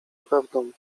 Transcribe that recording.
prawdą